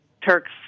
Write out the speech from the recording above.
Turks